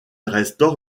restaure